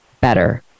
better